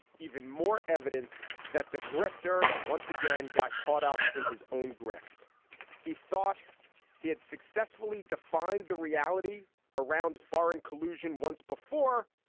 even more evidence that the grifter once again again got caught up in his own grift he thought he had successfully defined the reality around foreign collusion once before.